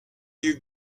you